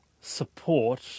support